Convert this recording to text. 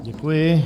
Děkuji.